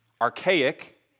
archaic